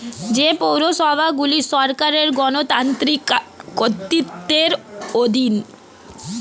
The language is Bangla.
যে পৌরসভাগুলি সরকারের গণতান্ত্রিক কর্তৃত্বের অধীন